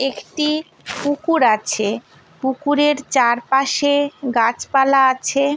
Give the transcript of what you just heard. একটি পুকুর আছে পুকুরের চারপাশে গাছপালা আছে